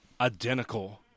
identical